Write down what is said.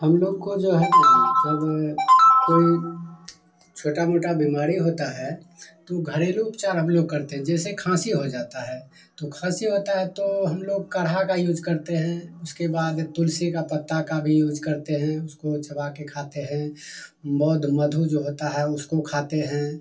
हम लोग को जो हैं जब कोई छोटा मोटा बीमारी होता है तो घरेलू उपचार हम लोग करते हैं जैसे खांसी हो जाता है तो खांसी होता है तो हम लोग काढ़ा का यूज़ करते हैं उसके बाद तुलसी का पत्ता का भी यूज़ करते हैं उसको चबा कर खाते हैं शहद जो होता है उसको खाते हैं